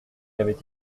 avait